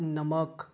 नमक